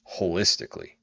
holistically